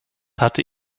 hatte